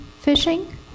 fishing